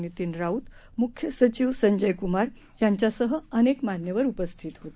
Nitin Raut मुख्यसचिवसंजयकुमार यांच्यासहअनेकमान्यवरउपस्थितहोते